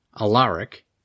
Alaric